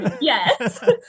Yes